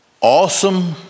awesome